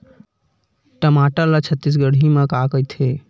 टमाटर ला छत्तीसगढ़ी मा का कइथे?